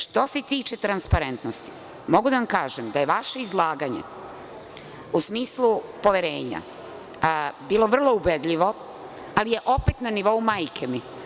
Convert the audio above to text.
Što se tiče transparentnosti, mogu da vam kažem da je vaše izlaganje u smislu poverenja bilo vrlo ubedljivo, ali opet na nivou „majke mi“